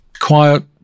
quiet